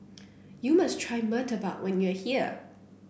you must try murtabak when you are here